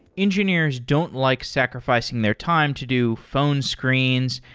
engineers don't like sacrificing their time to do phone screens,